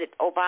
Obama